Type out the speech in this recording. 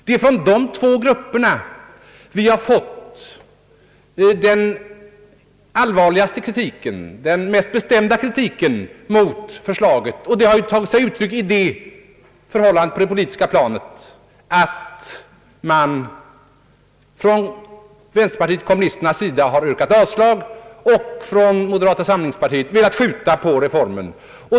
Det är från dessa två grupper som vi har fått den allvarligaste kritiken och den mest bestämda kritiken mot förslaget. Detta har på det politiska planet tagit sig det uttrycket att vänsterpartiet kommunisterna yrkat avslag på och moderata samlingspartiet velat skjuta på reformen.